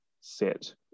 set